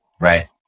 Right